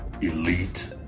Elite